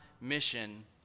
mission